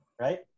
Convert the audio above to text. right